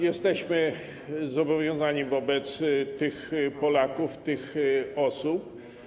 Jesteśmy zobowiązani wobec tych Polaków, tych osób.